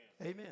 Amen